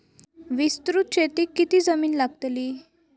विस्तृत शेतीक कितकी जमीन लागतली?